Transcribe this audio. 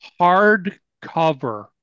hardcover